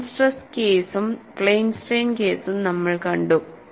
plane stress കേസും plane strain കേസും നമ്മൾ കണ്ടു